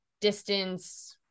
distance